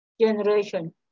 generation